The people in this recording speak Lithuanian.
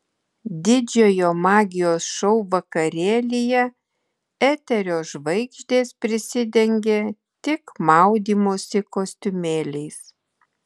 didžiojo magijos šou vakarėlyje eterio žvaigždės prisidengė tik maudymosi kostiumėliais